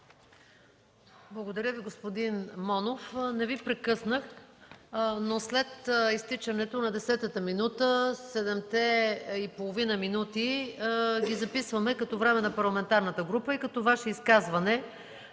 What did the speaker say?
Благодаря Ви, господин Монов. Не Ви прекъснах, но след изтичането на десетата минута, седемте и половина минути ги записваме като време на парламентарната група и като Ваше изказване